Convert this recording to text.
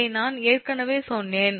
இதை நான் ஏற்கனவே சொன்னேன்